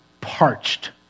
parched